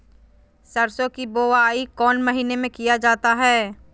सरसो की बोआई कौन महीने में किया जाता है?